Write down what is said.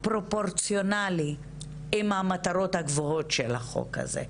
פרופורציונלי למטרות הגבוהות של החוק הזה.